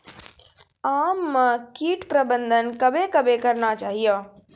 आम मे कीट प्रबंधन कबे कबे करना चाहिए?